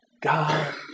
God